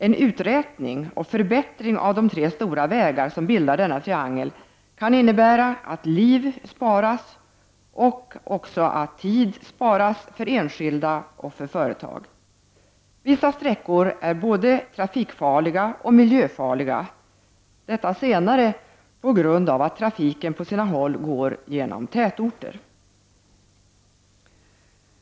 En uträtning och förbättring av de tre stora vägar som bildar denna triangel kan innebära att liv sparas och också att tid sparas för enskilda och företag. Vissa sträckor är både trafikfarliga och miljöfarliga, detta senare på grund av att trafiken på sina håll går genom tätorter.